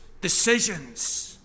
decisions